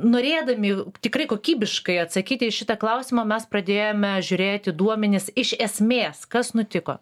norėdami tikrai kokybiškai atsakyt į šitą klausimą mes pradėjome žiūrėti duomenis iš esmės kas nutiko